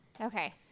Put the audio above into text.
Okay